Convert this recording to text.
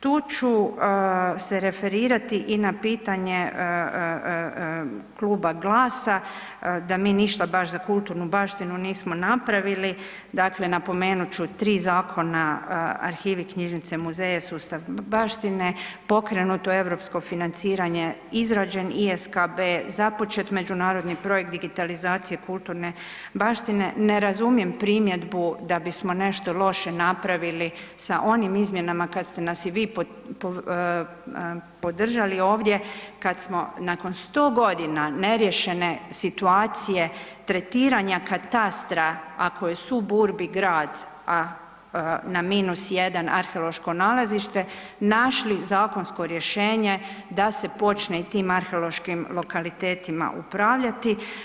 Tu ću se referirati i na pitanje Kluba GLAS-a da mi ništa baš za kulturnu baštinu nismo napravili, dakle, napomenut ću, 3 zakona, arhivi, knjižnice, muzeje, sustav baštine, pokrenuto europsko financiranje, izrađen i SKB, započet međunarodni projekt digitalizacije kulturne baštine, ne razumijem primjedbu da bismo nešto loše napravili sa onim izmjenama kad ste nas i vi podržali ovdje, kad smo, nakon 100 godina neriješene situacije tretiranja katastra, ako je sub-urbi grad, a na -1 arheološko nalazište, našli zakonsko rješenje da se počne i tim arheološkim lokalitetima upravljati.